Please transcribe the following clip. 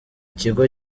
kigo